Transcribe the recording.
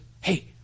hey